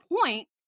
point